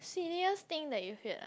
silliest thing that you feared